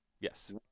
Yes